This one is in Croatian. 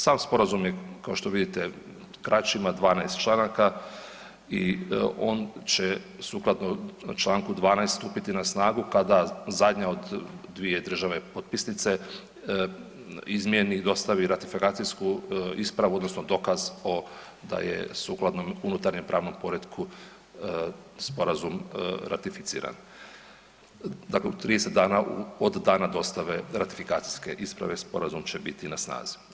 Sam sporazum je, kao što vidite, kraći, ima 12 članaka i on će sukladno čl. 12. stupiti na snagu kada zadnja od dvije države potpisnice izmijeni i dostavi ratifikacijsku ispravu odnosno dokaz o da je sukladno unutarnjem pravnom poretku sporazum ratificiran, dakle 30 dana od dana dostave ratifikacijske isprave sporazum će biti na snazi.